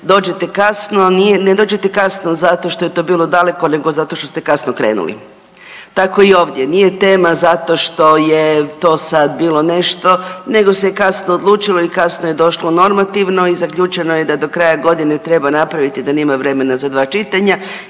dođete kasno, ne dođete kasno zato što je to bilo daleko, nego zato što ste kasno krenuli. Tako i ovdje. Nije tema zato što je to sad bilo nešto, nego se kasno odlučilo i kasno je došlo normativno i zaključeno je da do kraja godine treba napraviti da nema vremena za 2 čitanja